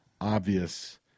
obvious